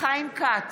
חיים כץ,